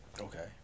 Okay